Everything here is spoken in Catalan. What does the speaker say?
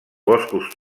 boscos